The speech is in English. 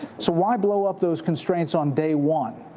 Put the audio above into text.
so why blow up those constraints on day one,